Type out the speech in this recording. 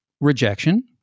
rejection